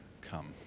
come